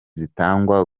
zitangwa